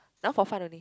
that one for fun only